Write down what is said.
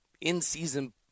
in-season